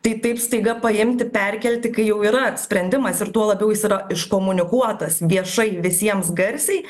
tai taip staiga paimti perkelti kai jau yra sprendimas ir tuo labiau jis yra iškomunikuotas viešai visiems garsiai